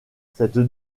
cette